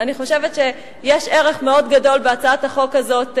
אני חושבת שיש ערך מאוד גדול בהצעת החוק הזאת,